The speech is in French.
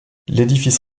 l’édifice